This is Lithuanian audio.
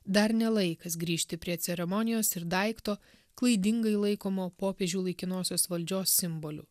dar ne laikas grįžti prie ceremonijos ir daikto klaidingai laikomo popiežių laikinosios valdžios simboliu